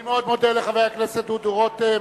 אני מאוד מודה לחבר הכנסת דודו רותם,